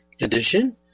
edition